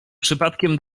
przypadkiem